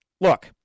look